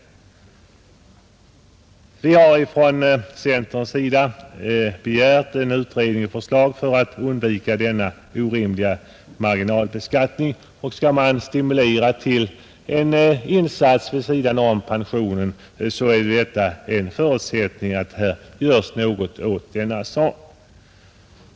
Vi har från centerns sida begärt utredning och förslag för att undvika denna orimliga marginalbeskattning. Skall man stimulera pensionärerna till en insats är det en förutsättning att någonting görs åt denna sak.